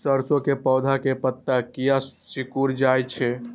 सरसों के पौधा के पत्ता किया सिकुड़ जाय छे?